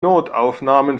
notaufnahmen